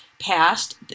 passed